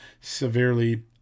severely